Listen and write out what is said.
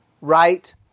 right